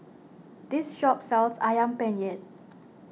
this shop sells Ayam Penyet